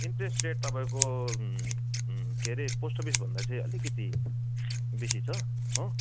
interest rate तपाईँको के हरे पोस्ट अफिस भन्दा चाहिँ अलिकति बेसी छ हो